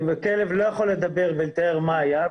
הכלב לא יכול לדבר ולתאר מה היה.